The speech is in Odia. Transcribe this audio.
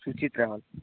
ସୁଚିତ୍ରା ହଲ୍